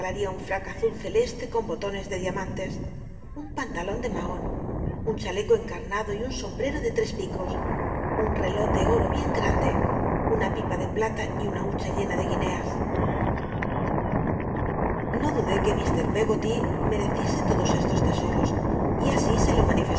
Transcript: un t'ac awl celeste con botones de diamantes un l llllalon de mabon un chaleco encal'llado y un sombrero de tres picos un reló de oro bien grande una pipa de plata y un hucha llena de guineas l'io dudé c ue t pcggoly mereciese todos e lo tesoros y asi